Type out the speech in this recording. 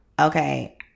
Okay